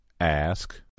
Ask